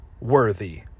worthy